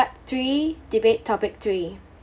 three debate topic three